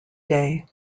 day